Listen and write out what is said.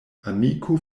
amiko